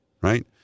right